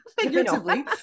figuratively